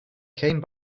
came